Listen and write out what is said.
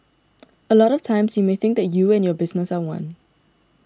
a lot of times you may think that you and your business are one